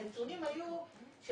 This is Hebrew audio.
הנתונים היו של